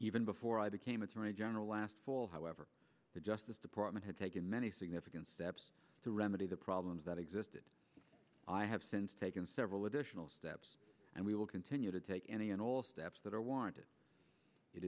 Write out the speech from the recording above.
even before i became attorney general last fall however the justice department had taken many significant steps to remedy the problems that existed i have since taken several additional steps and we will continue to take any and all steps that are warranted it